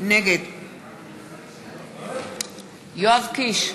נגד יואב קיש,